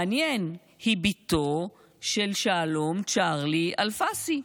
מעניין, היא בתו של שלום צ'רלי אלפסי,